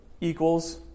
equals